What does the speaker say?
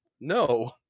No